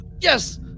Yes